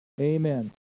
amen